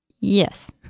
Yes